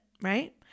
right